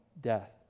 death